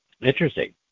Interesting